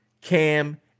Cam